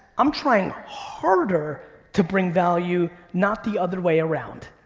i'm trying harder to bring value, not the other way around.